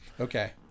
Okay